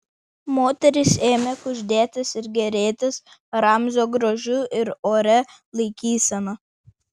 moterys ėmė kuždėtis ir gėrėtis ramzio grožiu ir oria laikysena